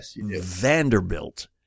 Vanderbilt